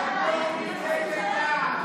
הרפורמים נגד צה"ל.